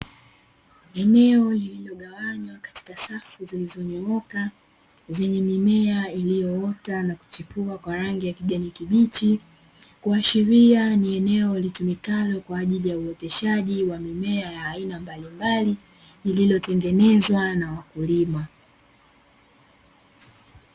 Eneo lililogawanywa katika safu zilizonyooka; zenye mimea iliyoota na kuchipua kwa rangi ya kijani kibichi, kuashiria ni eneo litumikalo kwa ajili ya uoteshaji wa mimea ya aina mbalimbali; lililotengenezwa na wakulima.